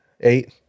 eight